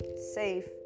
safe